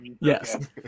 Yes